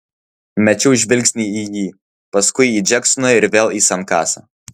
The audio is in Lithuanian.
mečiau žvilgsnį į jį paskui į džeksoną ir vėl į sankasą